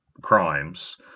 crimes